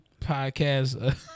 podcast